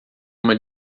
uma